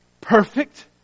perfect